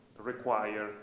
require